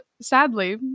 sadly